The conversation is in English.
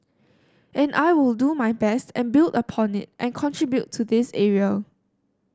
and I will do my best and build upon it and contribute to this area